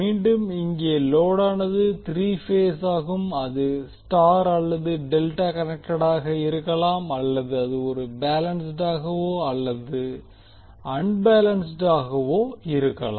மீண்டும் இங்கே லோடானது த்ரீ பேஸாகும் அது ஸ்டார் அல்லது டெல்டா கனெக்டெடாக இருக்கலாம் அல்லது அது பேலன்ஸ்ட்டாகவோ அல்லது அன்பேலன்ஸ்ட்டாகவோ இருக்கலாம்